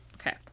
okay